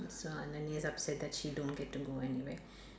so ananya is upset that she don't get to go anywhere